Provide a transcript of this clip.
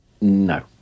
No